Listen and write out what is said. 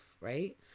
right